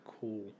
cool